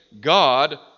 God